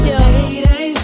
lady